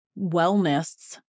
wellness